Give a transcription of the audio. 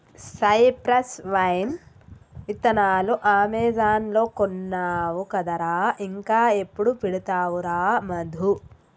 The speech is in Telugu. సైప్రస్ వైన్ విత్తనాలు అమెజాన్ లో కొన్నావు కదరా ఇంకా ఎప్పుడు పెడతావురా మధు